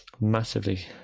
massively